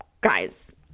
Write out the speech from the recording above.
guys